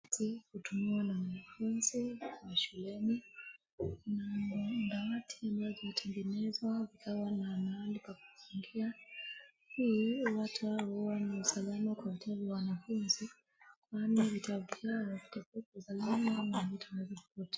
Dawati hutumiwa na wanafunzi wa shuleni. Dawati huwezwa kutegenezwa ikawa na mahali pa kufungia. Hii ata huwa ni usalama kwa vitabu vya wanafunzi kwani vitabu vyao vitakuwa kwa usalama na havitakuwa vinapotea.